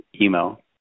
email